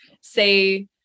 say